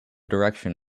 direction